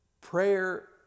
Prayer